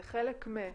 זה חלק מ-.